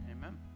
Amen